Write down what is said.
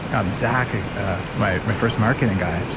um zach, ah ah my my first marketing guy,